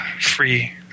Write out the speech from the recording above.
free